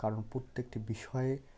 কারণ প্রত্যেকটি বিষয়ে